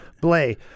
Blay